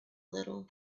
little